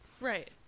Right